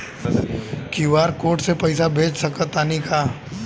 QR code से पईसा भेज सक तानी का?